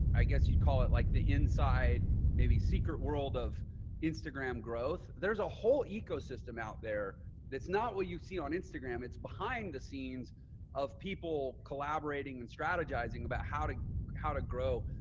i guess you'd call it like the inside maybe secret world of instagram growth. there's a whole ecosystem out there. that's not what you see on instagram. it's behind the scenes of people collaborating and strategizing about how to how to grow.